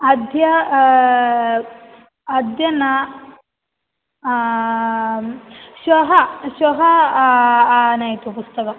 अद्य अद्य न श्वः श्वः आनयतु पुस्तकम्